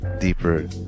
deeper